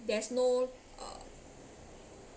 that's no uh